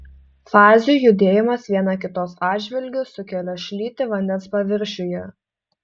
fazių judėjimas viena kitos atžvilgiu sukelia šlytį vandens paviršiuje